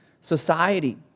society